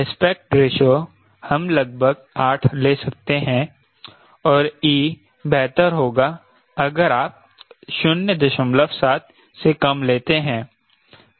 aspect ratio हम लगभग 8 ले सकते हैं और e बेहतर होगा अगर आप 07 से कम लेते हैं